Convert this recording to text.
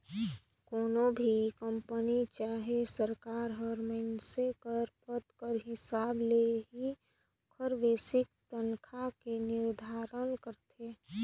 कोनो भी कंपनी चहे सरकार हर मइनसे कर पद कर हिसाब ले ही ओकर बेसिक तनखा के निरधारन करथे